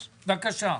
בבקשה.